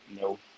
No